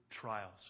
trials